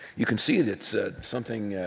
you can see it, it's ah something,